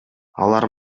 алар